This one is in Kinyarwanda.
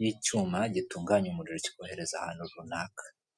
y'icyuma gitunganya umuriro kikohereza ahantu runaka.